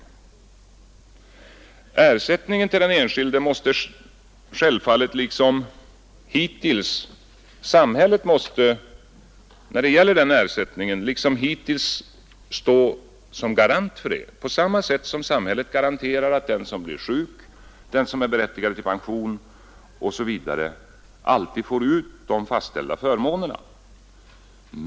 För ersättningen till den enskilde måste självfallet samhället liksom hittills stå som garant på samma sätt som samhället garanterar att den som blir sjuk, den som är berättigad till pension osv. alltid får ut de fastställda förmånerna.